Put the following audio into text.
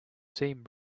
seam